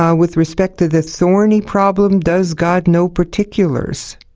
ah with respect to this thorny problem, does god know particulars?